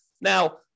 Now